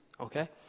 okay